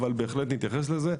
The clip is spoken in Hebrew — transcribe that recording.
אבל בהחלט נתייחס לזה.